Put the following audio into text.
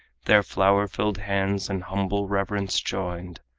their flower-filled hands in humble reverence joined,